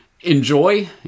enjoy